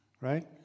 right